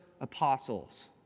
apostles